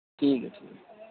ٹھیک ہے ٹھیک ہے